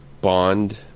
Bond